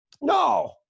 No